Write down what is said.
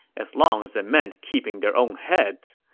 as long as it meant keeping their own heads,